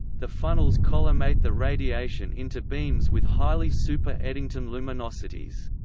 the funnels collimate the radiation into beams with highly super-eddington luminosities.